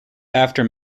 after